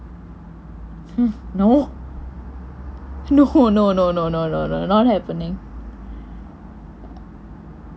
no no no no no no no no not happening